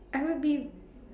I would be